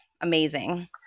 amazing